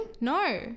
No